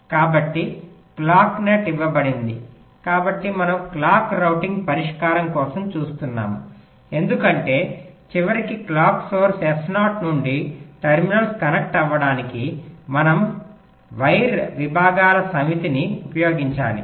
కాబట్టి clock net ఇవ్వబడింది కాబట్టి మనము క్లాక్ రౌటింగ్ పరిష్కారం కోసం చూస్తున్నాము ఎందుకంటే చివరికి క్లాక్ సోర్స్ S0 నుండి టెర్మినల్స్ కనెక్ట్ అవ్వడానికి మనం వైర్ విభాగాల సమితిని ఉపయోగించాలి